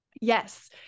Yes